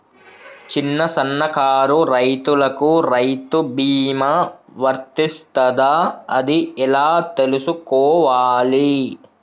చిన్న సన్నకారు రైతులకు రైతు బీమా వర్తిస్తదా అది ఎలా తెలుసుకోవాలి?